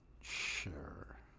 sure